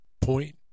point